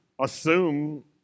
assume